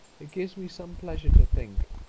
it gives me some pleasure to think,